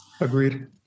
Agreed